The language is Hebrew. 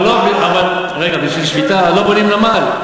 אבל לא, אבל רגע, בשביל שביתה לא בונים נמל.